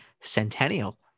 centennial